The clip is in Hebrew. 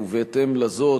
בהתאם לזאת,